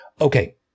Okay